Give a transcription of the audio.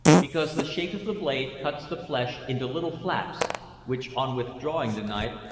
because the shape of the blade cuts the flesh into little flaps which, on withdrawing the knife,